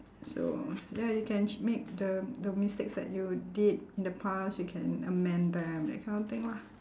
so ya you can ch~ make the the mistakes that you did in the past you can amend them that kind of thing lah